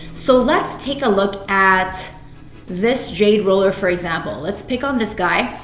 so let's take a look at this jade roller for example. let's pick on this guy.